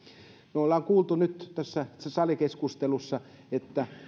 me olemme kuulleet nyt tässä salikeskustelussa että